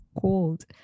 cold